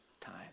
time